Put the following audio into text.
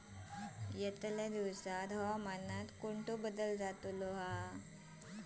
यतल्या दिवसात हवामानात काय बदल जातलो?